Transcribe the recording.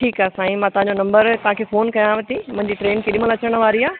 ठीकु आहे साईं मां तव्हां जो नम्बर तव्हां खे फ़ोन कयांव थी मुंहिंजी ट्रेन केॾी महिल अचण वारी आहे